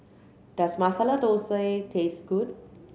does Masala Dosa taste good